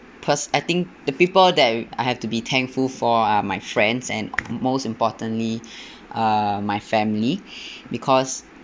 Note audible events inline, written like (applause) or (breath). pers~ I think the people that I have to be thankful for are my friends and most importantly uh my family (breath) because